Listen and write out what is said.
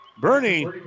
bernie